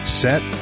set